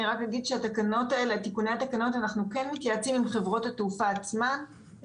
רק אגיד שבתיקוני התקנות אנחנו כן מתייעצים עם חברות התעופה עצמן,